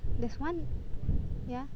there's one yeah